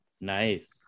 Nice